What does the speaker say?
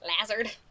Lazard